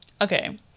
okay